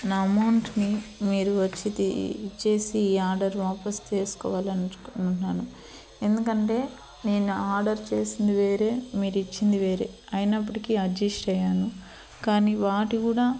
నా అమౌంట్ని మీరు వచ్చి తీ ఇచ్చేసి ఈ ఆర్డర్ వాపస్ చేస్కోవాలను టున్నాను ఎందుకంటే నేను ఆర్డర్ చేసింది వేరే మీరు ఇచ్చింది వేరే ఆయనప్పటికీ అడ్జస్ట్ అయ్యాను కానీ వాటికి గూడా